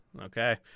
okay